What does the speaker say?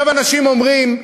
אנשים אומרים,